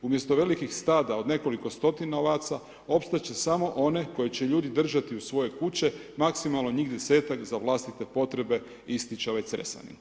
Umjesto velikih stada od nekoliko stotina ovaca, opstati će samo one koje će ljudi držati u svoje kuće, maksimalno njih 10-tak za vlastite potrebe, ističe ovaj Cresanin.